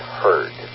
heard